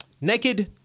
naked